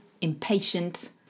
impatient